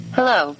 Hello